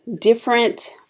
different